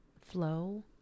Flow